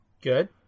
Good